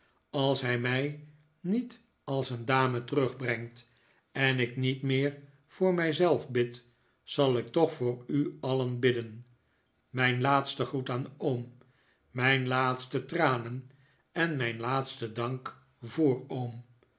als hij mij niet als een dame terugbrengt en ik niet meer voor mij zelf bid zal ik toch voor u alien bidden mijn laatsten groet aan oom mijn laatste tranen en mijn laatsten dank voor oom